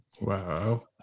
Wow